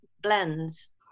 blends